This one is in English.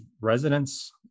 residents